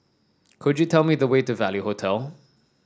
could you tell me the way to Value Hotel